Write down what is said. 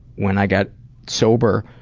when i got sober